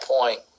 point